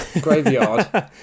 graveyard